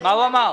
מה הוא אמר?